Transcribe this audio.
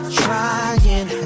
trying